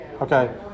okay